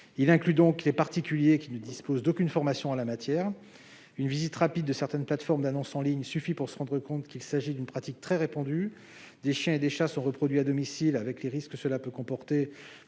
Il inclut donc les particuliers qui ne disposent d'aucune formation en la matière. Une visite rapide de certaines plateformes d'annonces en ligne suffit pour se rendre compte qu'il s'agit d'une pratique très répandue ; des chiens et des chats sont reproduits à domicile, avec les risques qu'une mauvaise